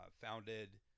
founded